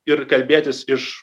ir kalbėtis iš